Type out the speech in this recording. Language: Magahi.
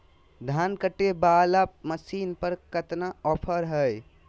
धान कटे बाला मसीन पर कतना ऑफर हाय?